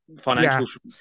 financial